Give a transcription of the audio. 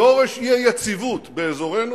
שורש האי-יציבות באזורנו